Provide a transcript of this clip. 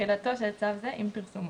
תחילה תחילתו של צו זה עם פרסומו."